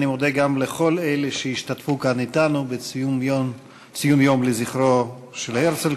אני מודה גם לכל אלה שהשתתפו כאן אתנו בציון היום לזכרו של הרצל,